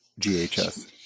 GHS